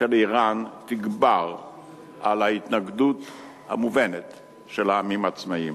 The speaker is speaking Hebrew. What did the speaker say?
של אירן תגבר על ההתנגדות המובנת של העמים העצמאים.